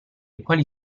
quali